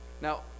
Now